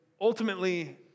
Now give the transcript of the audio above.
ultimately